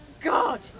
God